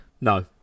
No